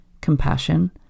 compassion